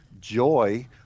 joy